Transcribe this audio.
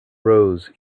rose